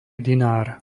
dinár